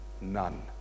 None